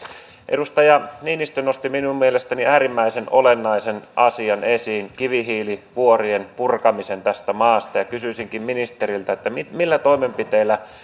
edustaja niinistö nosti minun mielestäni äärimmäisen olennaisen asian esiin kivihiilivuorien purkamisen tästä maasta kysyisinkin ministeriltä millä toimenpiteillä